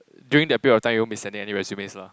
during that period of time you won't be sending any resumes lah